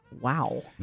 wow